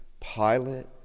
Pilate